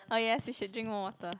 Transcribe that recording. oh yes we should drink more water